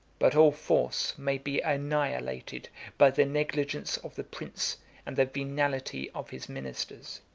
but all force may be annihilated by the negligence of the prince and the venality of his ministers.